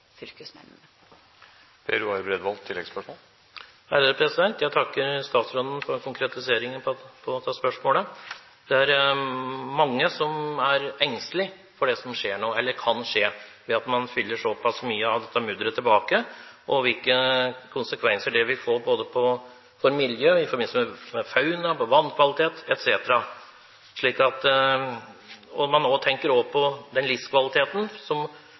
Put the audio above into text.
Jeg takker statsråden for konkretiseringen av dette spørsmålet. Det er mange som er engstelig for det som skjer nå, eller som kan skje, ved at man fyller såpass mye av dette mudderet tilbake – og hvilke konsekvenser det vil få både for miljøet, i forbindelse med fauna, for vannkvalitet etc. Man tenker også på den livskvaliteten som